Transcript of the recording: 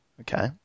Okay